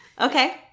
okay